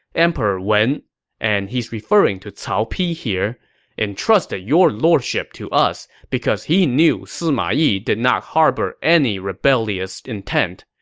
emperor wen and he's referring to cao pi here entrusted your lordship to us because he knew sima yi did not harbor any rebellious intent.